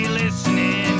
listening